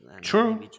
True